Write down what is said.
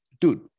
dude